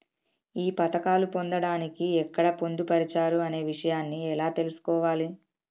ఈ పథకాలు పొందడానికి ఎక్కడ పొందుపరిచారు అనే విషయాన్ని ఎలా తెలుసుకోవాలి?